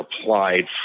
applied